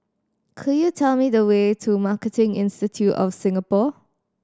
could you tell me the way to Marketing Institute of Singapore